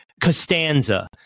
Costanza